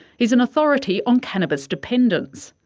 he's an authority on cannabis dependence.